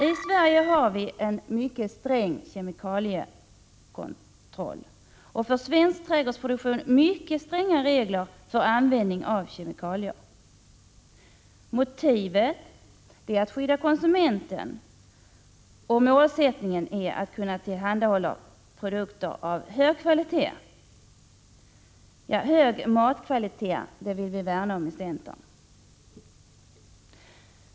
I Sverige har vi en mycket sträng kemikaliekontroll, och för svensk trädgårdsproduktion gäller mycket stränga regler för användning av kemikalier. Motivet är att skydda konsumenten, och målsättningen är att kunna tillhandahålla produkter av hög kvalitet. Hög matkvalitet vill vi i centern värna om.